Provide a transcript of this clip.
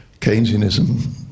Keynesianism